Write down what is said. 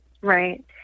Right